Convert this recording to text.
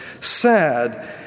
sad